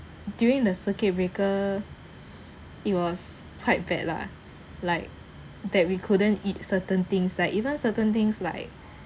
during the circuit breaker it was quite bad lah like that we couldn't eat certain things like even certain things like